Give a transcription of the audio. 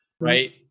right